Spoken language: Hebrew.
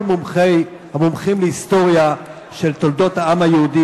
המומחים להיסטוריה של תולדות העם היהודי.